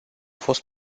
fost